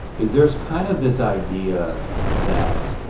is there's kind of this idea that